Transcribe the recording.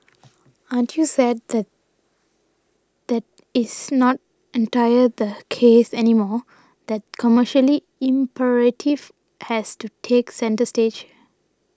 aren't you sad that that is not entirely the case anymore that commercial imperative has to take centre stage